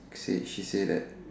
said she said that